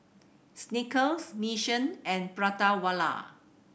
Snickers Mission and Prata Wala